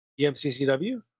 EMCCW